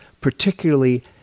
particularly